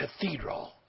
cathedral